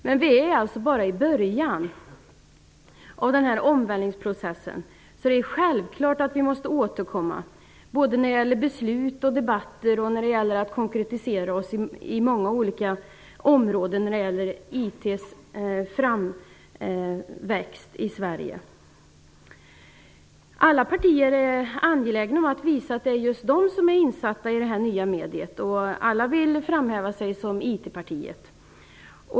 Men vi är alltså bara i början av denna omvälvningsprocess, så självfallet måste vi återkomma i fråga om beslut, debatter och när det gäller att konkretisera oss på många olika områden som berör IT:s framväxt i Sverige. Alla partier är angelägna att visa att just de är insatta i det nya mediet, och alla vill framhäva sig som ett IT-parti.